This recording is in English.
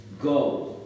Go